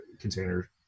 container